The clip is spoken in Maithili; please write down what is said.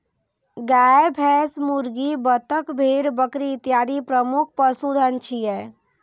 गाय, भैंस, मुर्गी, बत्तख, भेड़, बकरी इत्यादि प्रमुख पशुधन छियै